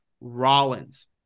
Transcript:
Rollins